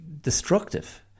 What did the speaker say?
destructive